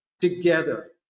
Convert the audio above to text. together